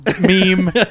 meme